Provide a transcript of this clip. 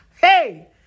hey